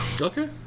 okay